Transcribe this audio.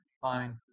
Fine